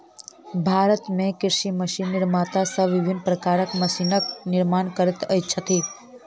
भारत मे कृषि मशीन निर्माता सब विभिन्न प्रकारक मशीनक निर्माण करैत छथि